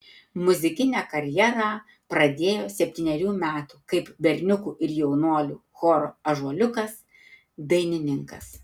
muzikinę karjerą pradėjo septynerių metų kaip berniukų ir jaunuolių choro ąžuoliukas dainininkas